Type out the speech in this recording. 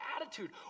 attitude